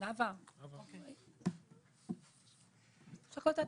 נאוה, יש החלטת ממשלה.